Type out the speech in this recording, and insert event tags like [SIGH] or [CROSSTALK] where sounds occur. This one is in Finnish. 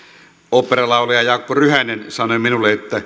oopperalaulaja jaakko ryhänen sanoi minulle että [UNINTELLIGIBLE]